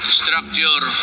structure